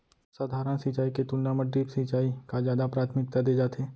सधारन सिंचाई के तुलना मा ड्रिप सिंचाई का जादा प्राथमिकता दे जाथे